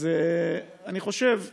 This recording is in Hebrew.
אז אני חושב שגם,